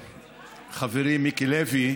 חברים, מיקי לוי,